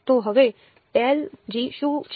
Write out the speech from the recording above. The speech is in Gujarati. તો હવે શું છે